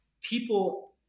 People